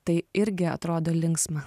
tai irgi atrodo linksma